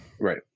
Right